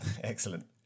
Excellent